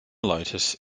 lotus